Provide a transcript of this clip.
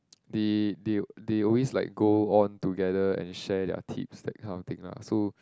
they they they always like go on together and share their tips that kind of thing lah so